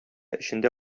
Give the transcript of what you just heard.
эчендә